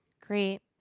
Great